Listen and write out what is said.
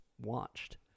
watched